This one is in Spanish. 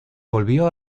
volvió